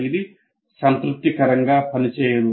ఇది సంతృప్తికరంగా పనిచేయదు